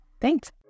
Thanks